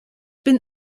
bin